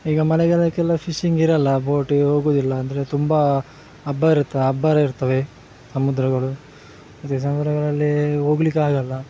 ಈಗ ಮಳೆಗಾಲಕ್ಕೆಲ್ಲ ಫಿಶಿಂಗ್ ಇರೋಲ್ಲ ಬೋಟಿಗೆ ಹೋಗುವುದಿಲ್ಲ ಅಂದರೆ ತುಂಬ ಹಬ್ಬ ಇರುತ್ತಾ ಅಬ್ಬರ ಇರ್ತವೆ ಸಮುದ್ರಗಳು ಮತ್ತೆ ಸಮುದ್ರಗಳಲ್ಲಿ ಹೋಗಲಿಕ್ಕಾಗೋಲ್ಲ